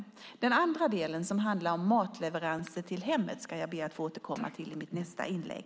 Den andra delen, som handlar om matleveranser till hemmet, ska jag be att få återkomma till i mitt nästa inlägg.